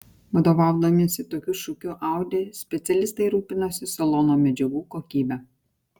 vadovaudamiesi tokiu šūkiu audi specialistai rūpinosi salono medžiagų kokybe